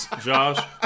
Josh